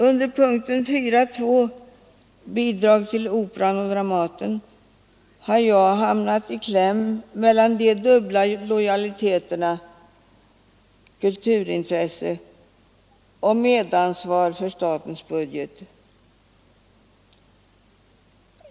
Under punkten 4.2 Bidrag till Operan och Dramatiska teatern har jag hamnat i kläm mellan de dubbla lojaliteterna kulturintresset och medansvaret för statens budget.